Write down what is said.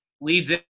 leads